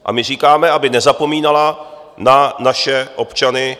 A my říkáme, aby nezapomínala na naše občany.